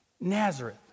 Nazareth